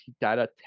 data